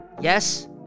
Yes